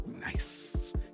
Nice